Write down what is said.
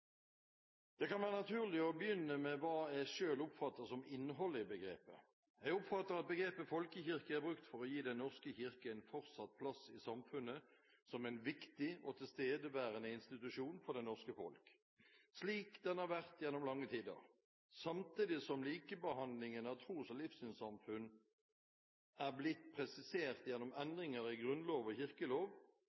Det kan være naturlig å begynne med hva jeg selv oppfatter som innholdet i begrepet. Jeg oppfatter at begrepet «folkekirke» er brukt for å gi Den norske kirke en fortsatt plass i samfunnet som en viktig og tilstedeværende institusjon for det norske folk, slik den har vært gjennom lange tider. Samtidig som likebehandlingen av tros- og livssynssamfunn er blitt presisert gjennom endringer i grunnlov og kirkelov,